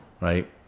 Right